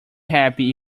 happy